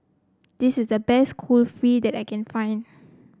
this is the best Kulfi that I can find